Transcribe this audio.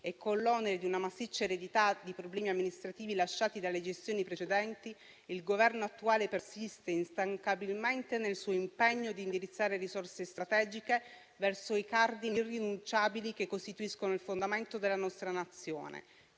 con l'onere di una massiccia eredità di problemi amministrativi lasciati dalle gestioni precedenti, il Governo attuale persiste instancabilmente nel suo impegno di indirizzare risorse strategiche verso i cardini irrinunciabili che costituiscono il fondamento della nostra Nazione: